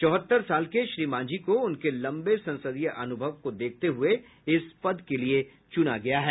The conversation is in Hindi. चौहत्तर साल के श्री मांझी को उनके लम्बे संसदीय अनुभव को देखते हुये इस पद के लिए चुना गया है